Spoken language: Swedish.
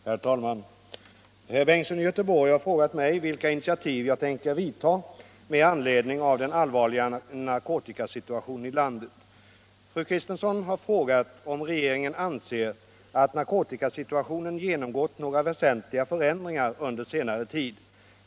Herr talman! Herr Bengtsson i Göteborg har frågat mig vilka initiativ jag tänker vidta med anledning av den allvarliga narkotikasituationen i landet. Fru Kristensson har frågat om regeringen anser att narkotikasituationen genomgått några väsentliga förändringar under senare tid.